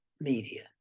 media